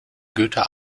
goethe